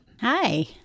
Hi